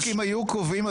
רק אם היו קובעים,